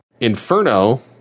Inferno